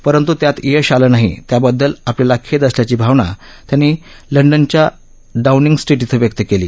परंतु त्यात यश आलं नाही त्याबदद्ल आपल्याला खट्ट असल्याची भावना त्यांनी लंडनच्या डाऊनिंग स्ट्रीट इथं व्यक्त कली